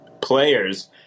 players